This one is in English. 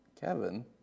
Kevin